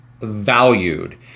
valued